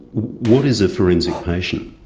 what is a forensic patient?